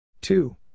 two